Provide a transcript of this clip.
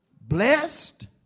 Blessed